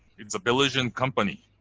it's a belgian company,